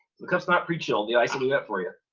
the cup's not pre-chilled, the ice will do that for you.